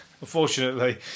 unfortunately